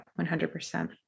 100%